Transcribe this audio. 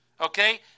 okay